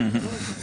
שוב,